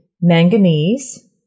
manganese